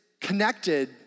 connected